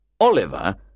Oliver